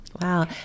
Wow